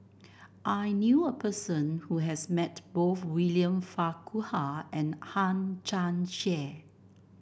I knew a person who has met both William Farquhar and Hang Chang Chieh